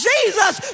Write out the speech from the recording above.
Jesus